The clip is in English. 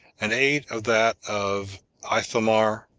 and eight of that of ithamar